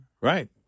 right